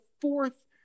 fourth